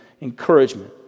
encouragement